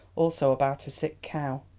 also about a sick cow.